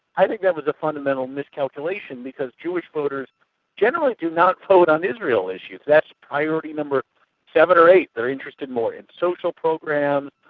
i think that was a fundamental miscalculation because jewish voters generally do not vote on israel issues. that's priority number seven or eight. they're interested more in social programs,